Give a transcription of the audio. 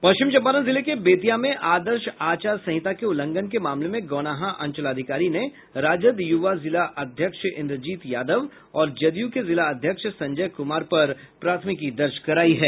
पश्चिम चंपारण जिले के बेतिया में आदर्श आचार संहिता के उल्लंघन के मामले में गौनाहा अंचलाधिकारी ने राजद युवा जिला अध्यक्ष इंद्रजीत यादव और जदयू के जिला अध्यक्ष संजय कुमार पर प्राथमिकी दर्ज कराई है